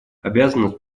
обязанность